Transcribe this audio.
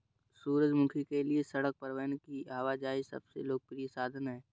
सूरजमुखी के लिए सड़क परिवहन की आवाजाही सबसे लोकप्रिय साधन है